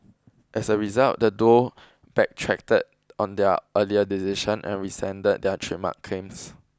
as a result the duo backtracked on their earlier decision and rescinded their trademark claims